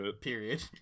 Period